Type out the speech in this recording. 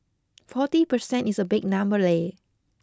forty percent is a big number leh